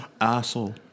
Asshole